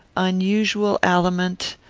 unusual aliment,